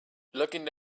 looking